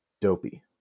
Dopey